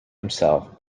himself